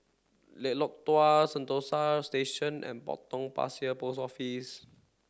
Dua Sentosa Station and Potong Pasir Post Office